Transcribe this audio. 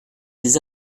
des